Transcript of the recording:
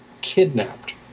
kidnapped